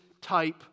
type